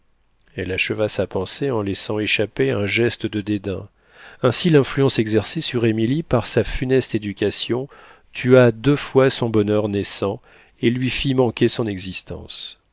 elle acheva sa pensée en laissant échapper un geste de dédain ainsi l'influence exercée sur émilie par sa funeste éducation tua deux fois son bonheur naissant et lui fit manquer son existence